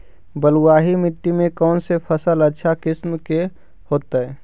बलुआही मिट्टी में कौन से फसल अच्छा किस्म के होतै?